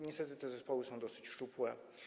Niestety te zespoły są dosyć szczupłe.